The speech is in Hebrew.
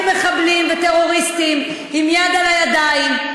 מחבלים וטרוריסטים עם דם על הידיים.